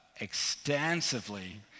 extensively